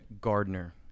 Gardner